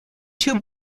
two